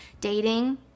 dating